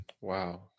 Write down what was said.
Wow